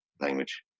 language